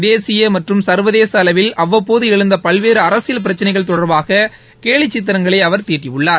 தேசிய மற்றும் சள்வதேச அளவில் அவ்வப்போது எழுந்த பல்வேறு அரசியல் பிரச்சினைகள் தொடர்பான கேலிச் சித்திரங்களை அவர் தீட்டியுள்ளார்